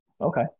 Okay